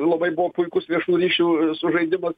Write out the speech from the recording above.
labai buvo puikūs viešųjų ryšių sužaidimas